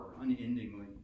unendingly